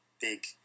big